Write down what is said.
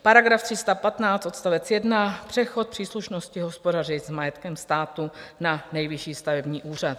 § 315, odst. 1 přechod příslušnosti hospodaření s majetkem státu na Nejvyšší stavební úřad.